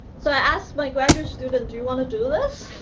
so i asked my graduate student, do you want to do this?